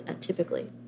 typically